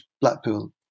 Blackpool